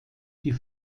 die